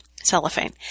cellophane